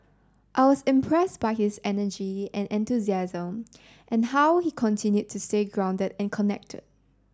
I was impressed by his energy and enthusiasm and how he continued to stay grounded and connected